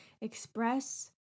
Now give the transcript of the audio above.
Express